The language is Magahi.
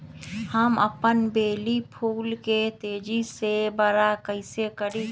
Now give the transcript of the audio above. हम अपन बेली फुल के तेज़ी से बरा कईसे करी?